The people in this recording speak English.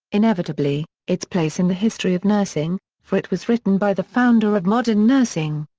inevitably, its place in the history of nursing, for it was written by the founder of modern nursing.